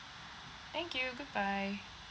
thank you goodbye